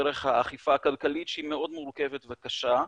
דרך האכיפה הכלכלית, שהיא מאוד מורכבת וקשה,